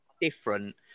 different